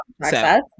process